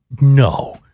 No